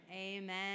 Amen